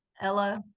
Ella